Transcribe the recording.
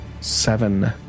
seven